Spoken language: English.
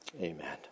Amen